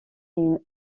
une